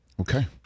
Okay